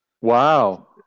Wow